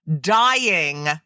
dying